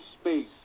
space